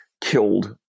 killed